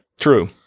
True